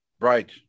Right